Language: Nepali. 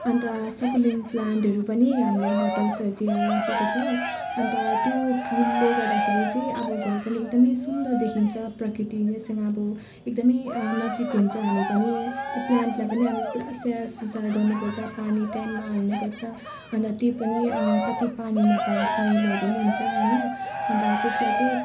अन्त सकुलेन्ट प्लान्टहरू पनि हामीले हट हाउसहरूतिर राखेको छ अन्त त्यो फुलले गर्दाखेरि चाहिँ अब घर पनि एकदम सुन्दर देखिन्छ प्रकृतिले त्यसमा अब एकदमै नजिक हुन्छ हामी पनि त्यो प्लान्टलाई पनि पुरा स्याहारसुसार गर्नुपर्छ पानी टाइममा हाल्नुपर्छ अन्त त्यो पनि कति पानी नपाएर पहेँलोहरू पनि हुन्छ होइन अन्त त्यसलाई चाहिँ